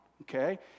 okay